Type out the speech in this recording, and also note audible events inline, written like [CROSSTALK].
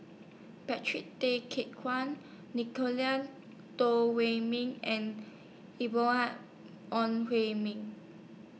Patrick Tay [UNINTELLIGIBLE] Guan Nicolette Teo Wei Min and [UNINTELLIGIBLE] Ong Hui Min